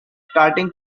staring